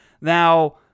Now